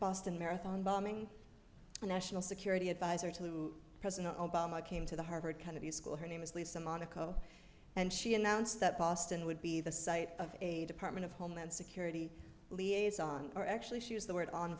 boston marathon bombing a national security adviser to president obama came to the harvard kennedy school her name is lisa monaco and she announced that boston would be the site of a department of homeland security liaison or actually she was the word on